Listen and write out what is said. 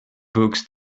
books